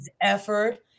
effort